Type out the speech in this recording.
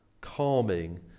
calming